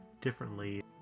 differently